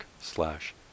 slash